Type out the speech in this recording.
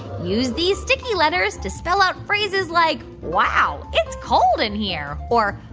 use these sticky letters to spell out phrases like, wow it's cold in here, or,